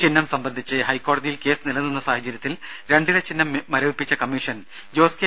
ചിഹ്നം സംബന്ധിച്ച് ഹൈക്കോടതിയിൽ കേസ് നിലനിന്ന സാഹചര്യത്തിൽ രണ്ടില ചിഹ്നം മരവിപ്പിച്ച കമ്മീഷൻ ജോസ് കെ